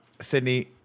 Sydney